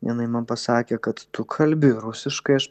jinai man pasakė kad tu kalbi rusiškai aš